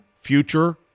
future